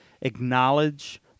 acknowledge